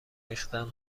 ریختن